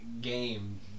game